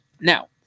Now